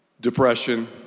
depression